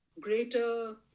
greater